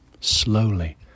slowly